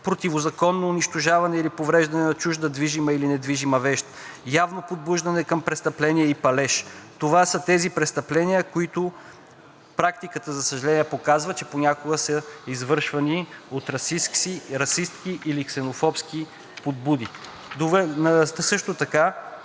противозаконно унищожаване или повреждане на чужда движима или недвижима вещ, явно подбуждане към престъпления и палеж. Това са тези престъпления, за които практиката, за съжаление, показва, че понякога са извършвани от расистки или ксенофобски подбуди. Също така